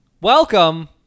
Welcome